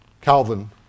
Calvin